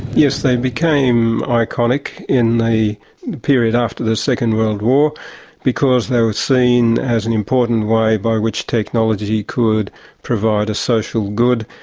yes, they became iconic in the period after the second world war because they were seen as an important way by which technology could provide a social good,